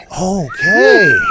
Okay